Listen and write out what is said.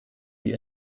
die